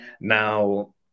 Now